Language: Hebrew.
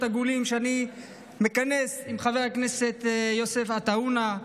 עגולים שאני מכנס עם חבר הכנסת יוסף עטאונה,